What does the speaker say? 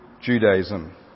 Judaism